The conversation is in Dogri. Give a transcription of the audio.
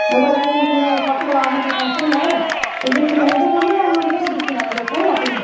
एह् साढ़े रूम बी जनेह् साढ़े ते तुस टैंशन निं लैयो पर शामीं तुसें औना ते तुस आपूं गै दिक्खी लैयो खरी